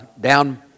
down